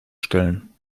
stellen